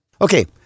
Okay